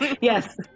yes